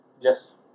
Yes